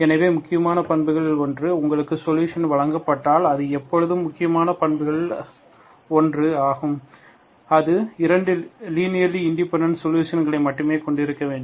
எனவே முக்கியமான பண்புகளில் ஒன்று உங்களுக்கு ஒரு சொலுஷன் வழங்கப்பட்டால் அது எப்போதும் முக்கியமான பண்புகளில் ஒன்று அது 2 லீனியர்லி இண்டிபெண்டன்ட் சொலுஷன்களை மட்டுமே கொண்டிருக்க வேண்டும்